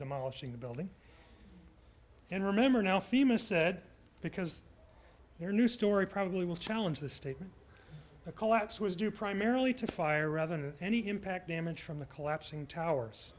demolishing the building and remember now fema said because their new story probably will challenge the statement a collapse was due primarily to fire rather than any impact damage from the collapsing towers